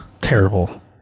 Terrible